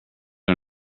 are